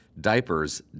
Diapers